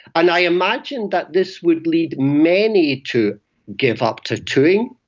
and i imagine that this would lead many to give up tattooing,